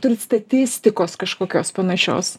turit statistikos kažkokios panašios